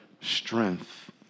strength